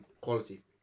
quality